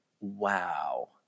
wow